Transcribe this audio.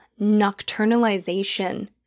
nocturnalization